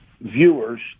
viewers